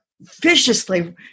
viciously